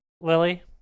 Lily